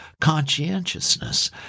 conscientiousness